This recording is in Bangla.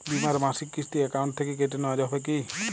বিমার মাসিক কিস্তি অ্যাকাউন্ট থেকে কেটে নেওয়া হবে কি?